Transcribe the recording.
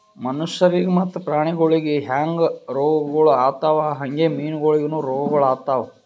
ಮನುಷ್ಯರಿಗ್ ಮತ್ತ ಪ್ರಾಣಿಗೊಳಿಗ್ ಹ್ಯಾಂಗ್ ರೋಗಗೊಳ್ ಆತವ್ ಹಂಗೆ ಮೀನುಗೊಳಿಗನು ರೋಗಗೊಳ್ ಆತವ್